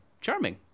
Charming